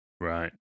Right